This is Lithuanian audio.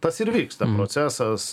tas ir vyksta procesas